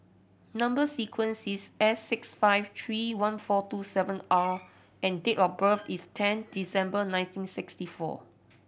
number sequence is S six five three one four two seven R and date of birth is ten December nineteen sixty four